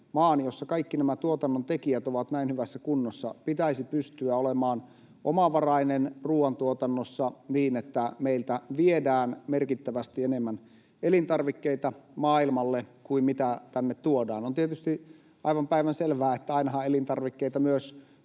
maan, jossa kaikki nämä tuotannontekijät ovat näin hyvässä kunnossa, pitäisi pystyä olemaan omavarainen ruoantuotannossa niin, että meiltä viedään merkittävästi enemmän elintarvikkeita maailmalle kuin mitä tänne tuodaan. On tietysti aivan päivänselvää, että ainahan elintarvikkeita myös